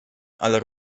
ale